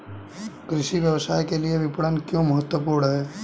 कृषि व्यवसाय के लिए विपणन क्यों महत्वपूर्ण है?